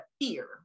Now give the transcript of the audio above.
fear